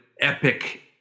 epic